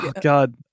God